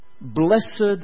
Blessed